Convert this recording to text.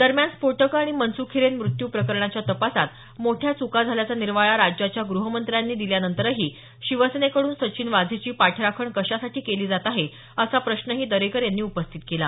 दरम्यान स्फोटके आणि मनसुख हिरेन मृत्यू प्रकरणाच्या तपासात मोठ्या चुका झाल्याचा निर्वाळा राज्याच्या ग्रहमंत्र्यांनी दिल्यानंतरही शिवसेनेकडून सचिन वाझेची पाठराखण कशासाठी केली जात आहे असा प्रश्नही दरेकर यांनी उपस्थित केला